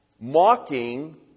mocking